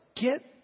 get